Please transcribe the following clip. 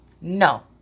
No